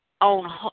on